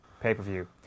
pay-per-view